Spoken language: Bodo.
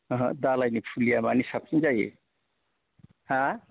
ओहो दालायनि फुलिआ साबसिन जायो हा